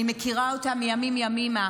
אני מכירה אותה מימים-ימימה.